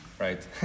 right